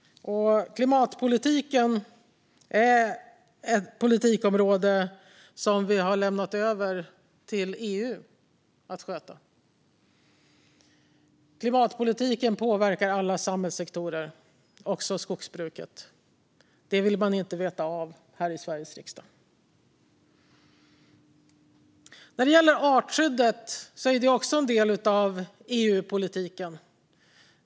Klimatpolitiken är ett politikområde som vi har lämnat över till EU att sköta. Klimatpolitiken påverkar alla samhällssektorer, också skogsbruket. Det vill man inte veta av här i Sveriges riksdag. Artskyddet är också en del av EU-politiken.